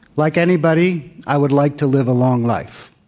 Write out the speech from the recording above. like anybody, i would like to live a long life.